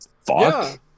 fuck